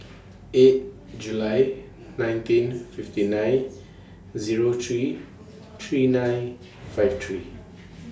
eight July nineteen fifty nine Zero three three nine five three